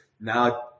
now